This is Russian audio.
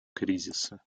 кризиса